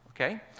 Okay